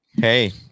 Hey